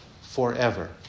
forever